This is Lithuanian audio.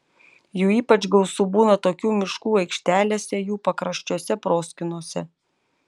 jų ypač gausu būna tokių miškų aikštelėse jų pakraščiuose proskynose